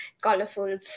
colorful